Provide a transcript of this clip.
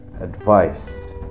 advice